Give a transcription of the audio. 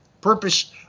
purpose